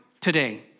today